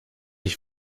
ich